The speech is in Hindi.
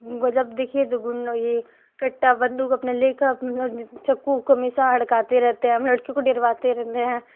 जब देखिए दुगुन ये कट्टा बंदूक अपने लेकर अपने चक्कू उक्कू से हमेशा हड़काते रहते हैं हम लड़कियों को डरवाते रहते हैं